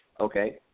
Okay